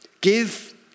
Give